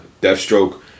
Deathstroke